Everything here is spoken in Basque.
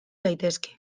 daitezke